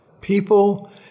people